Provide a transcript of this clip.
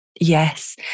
Yes